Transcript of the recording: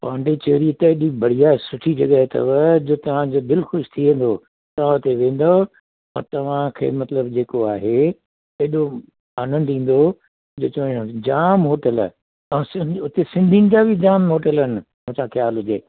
पांडुचेरी त हेॾी बढ़िया सुठी जॻह अथव जो तव्हांजो दिलि ख़ुशि थी वेंदव तव्हां हुते वेंदव और तव्हांखे मतलबु जेको आहे हेॾो आनंदु ईंदो जे जाम होटल आहिनि उतां उते सिंधियुनि जा बि जाम होटल आहिनि मता ख़्यालु हुजे